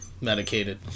medicated